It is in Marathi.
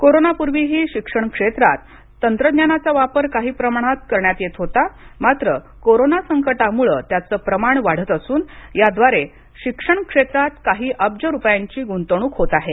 कोरोनापूर्वीहि शिक्षण क्षेत्रात तंत्रज्ञानाचा वापर काही प्रमाणात करण्यात येत होता मात्र कोरोना संकटामुळे त्याचं प्रमाण वाढत असून याद्वारे शिक्षण क्षेत्रात काही अब्ज रुपयांची गुंतवणूक होत आहे